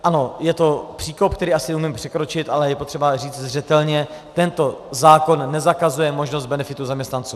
Ano, je to příkop, který asi umím překročit, ale je potřeba říct zřetelně: tento zákon nezakazuje možnost benefitu zaměstnancům.